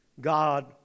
God